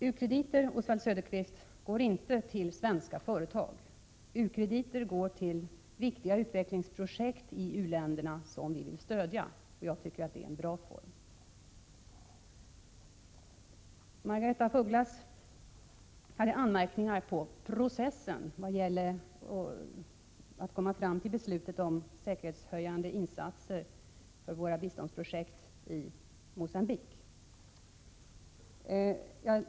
U-krediter går inte till svenska företag, Oswald Söderqvist, utan till viktiga utvecklingsprojekt i u-länderna, som vi vill stödja. Jag tycker att det är en bra biståndsform. Margaretha af Ugglas hade anmärkningar mot processen vad gäller att komma fram till beslutet om säkerhetshöjande insatser för våra biståndsprojekt i Mogambique.